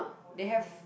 they have